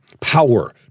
power